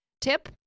tip